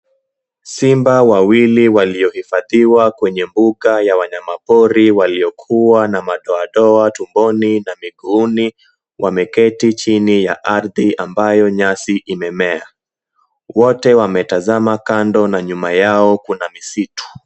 Simba wawili waliohifadhiwa kwa mbuga ya wanyamapori waliokuwa na madoadoa tumboni na miguuni wameketi chini ya ardhi ambayo nyasi imemea. Wote wametazama kando na nyuma yao kuna misitu.